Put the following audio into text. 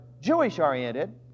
Jewish-oriented